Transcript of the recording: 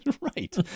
Right